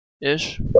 Ish